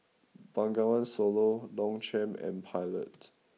Bengawan Solo Longchamp and Pilot